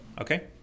okay